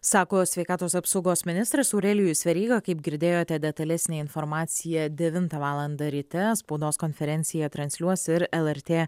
sako sveikatos apsaugos ministras aurelijus veryga kaip girdėjote detalesnė informacija devintą valandą ryte spaudos konferenciją transliuos ir lrt